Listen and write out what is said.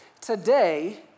today